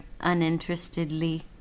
uninterestedly